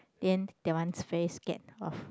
then that one's very scared of